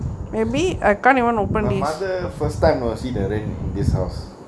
my mother first time was entering in this house